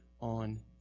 on